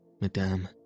madame